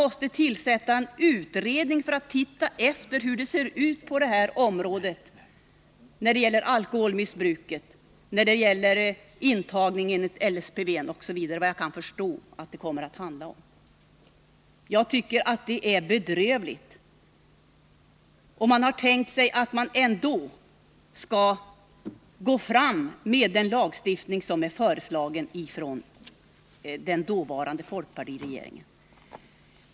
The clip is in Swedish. Måste man tillsätta en utredning för att få veta hur det ser ut på det här området när det gäller alkoholmissbruk, intagning enligt LSPV och annat som jag kan förstå att utredningen kommer att handla om. Jag tycker att detta är bedrövligt, om man tänker sig att ändå kunna gå fram med en lagstiftning som är föreslagen av den dåvarande folkpartiregeringen.